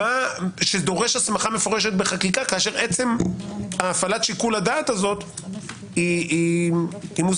שדורש הסמכה מפורשת בחקיקה כאשר עצם הפעלת שיקול הדעת הזו היא מוסדרת